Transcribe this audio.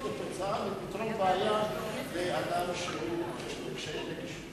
שהם לא יינזקו כתוצאה מפתרון בעיה לאדם שיש לו קשיי נגישות.